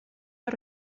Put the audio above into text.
los